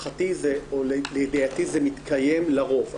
לידיעתי זה מתקיים לרוב.